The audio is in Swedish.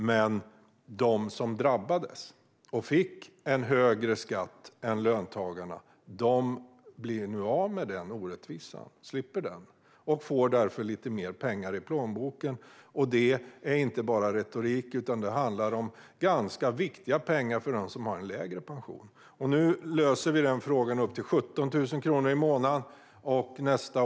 Men de som drabbades av en högre skatt än löntagarna blir nu av med den orättvisan och får därför lite mer pengar i plånboken. Och det är inte bara retorik, utan det handlar om ganska viktiga pengar för dem som har en lägre pension. Nu blir det en sänkning för dem med pensioner upp till 17 000 kronor i månaden.